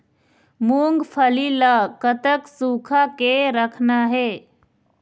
मूंगफली ला कतक सूखा के रखना हे?